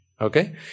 Okay